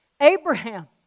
Abraham